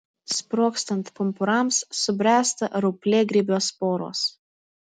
sprogstant pumpurams subręsta rauplėgrybio sporos